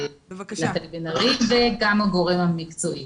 אומנה, וביחס לכל יתר המסגרות,